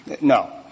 No